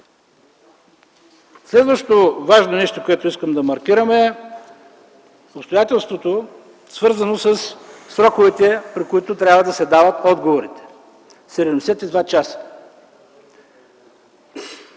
Следващото важно нещо, което искам да маркирам, е обстоятелството, свързано със сроковете, при които трябва да се дават отговорите – 72 часа.